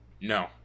No